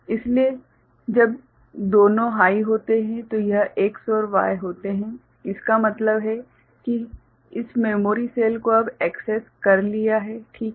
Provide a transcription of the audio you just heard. इसलिए जब दोनों हाइ होते हैं तो यह X और Y हाइ होते हैं इसका मतलब है कि इस मेमोरी सेल को अब एक्सैस कर लिया है ठीक है